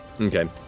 Okay